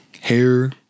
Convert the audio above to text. Hair